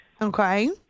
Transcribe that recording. Okay